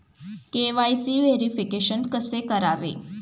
KYC verification कसे करावे?